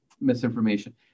misinformation